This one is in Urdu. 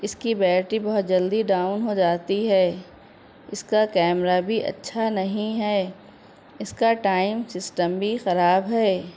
اس کی بیٹری بہت جلدی ڈاؤن ہو جاتی ہے اس کا کیمرا بھی اچھا نہیں ہے اس کا ٹائم سسٹم بھی خراب ہے